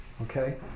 Okay